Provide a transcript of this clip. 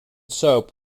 soap